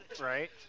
Right